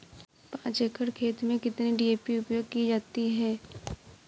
पाँच एकड़ खेत में कितनी डी.ए.पी उपयोग की जाती है?